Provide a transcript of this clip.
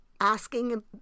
asking